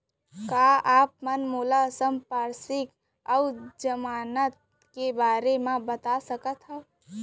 का आप मन मोला संपार्श्र्विक अऊ जमानत के बारे म बता सकथव?